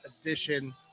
Edition